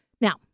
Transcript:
Now